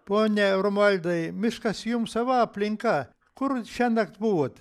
pone romualdai miškas jums sava aplinka kur šiąnakt buvot